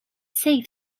safe